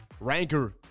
Ranker